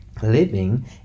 Living